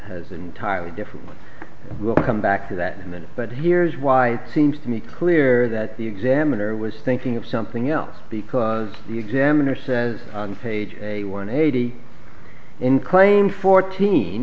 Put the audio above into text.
has an entirely different we'll come back to that moment but here's why it seems to me clear that the examiner was thinking of something else because the examiner says on page one eighty in claim fourteen